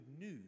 news